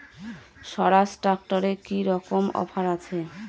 স্বরাজ ট্র্যাক্টরে কি রকম অফার আছে?